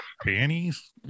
panties